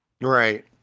Right